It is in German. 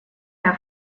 der